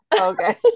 okay